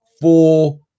Four